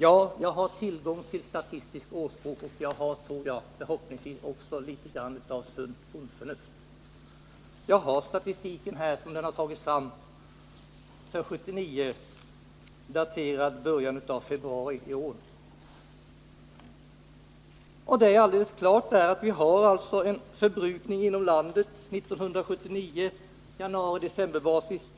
Ja, jag har tillgång till Statistisk årsbok och jag har, förhoppningsvis, också litet grand av sunt bondförnuft. Jag har statistiken här, som den har tagits fram för 1979, och den är daterad i början av februari i år. Det är alldeles klart att vi hade en förbrukning inom landet under tiden januari-december 1979